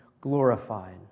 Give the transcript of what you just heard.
glorified